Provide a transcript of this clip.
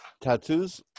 Tattoos